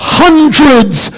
hundreds